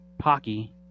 hockey